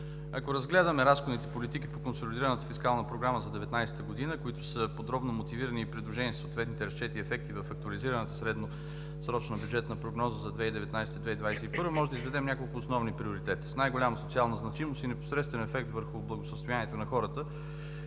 Ако разгледаме разходните политики по консолидираната фискална програма за 2019 г., които са подробно мотивирани и придружени със съответните разчети и ефекти в Актуализираната средносрочна бюджетна прогноза за 2019 – 2021 г., можем да изведем няколко основни приоритета. С най-голяма социална значимост и с непосредствен ефект върху благосъстоянието на хората